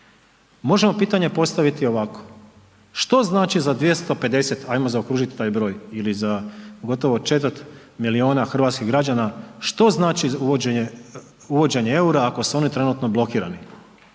Možemo pitanje postaviti ovako, što znači za 250, ajmo zaokružiti taj broj ili za gotovo četvrt milijuna hrvatskih građana što znači uvođenje eura ako su oni trenutno blokirani?